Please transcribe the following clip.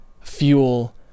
fuel